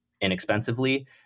inexpensively